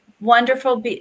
Wonderful